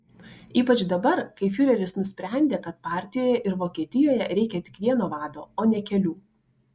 ypač dabar kai fiureris nusprendė kad partijoje ir vokietijoje reikia tik vieno vado o ne kelių